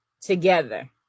together